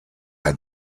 had